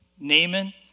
Naaman